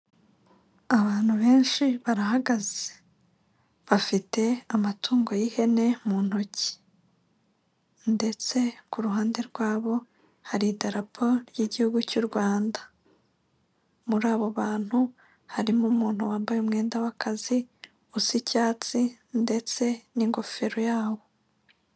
Abantu benshi barahagaze bafite amatungo y'ihene mu ntoki ndetse ku ruhande rwabo hari idarapo ry'igihugu cy'u rwanda, muri abo bantu harimo umuntu wambaye umwenda w'akazi usa icyatsi ndetse n'ingofero yawo.